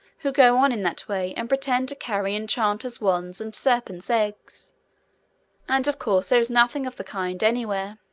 who go on in that way, and pretend to carry enchanters' wands and serpents' eggs and of course there is nothing of the kind, anywhere.